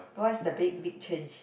what's the big big change